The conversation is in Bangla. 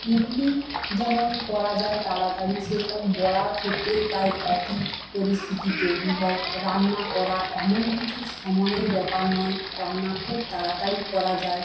ইডলি যেমন করা যায় তাড়াতাড়ি সেরকম বড়ার ক্ষেত্রেও তাই একই পরিস্থিতি তৈরি হয় রান্না করা এমন কিছু সময়ের ব্যাপার নয় রান্না খুব তাড়াতাড়ি করা যায়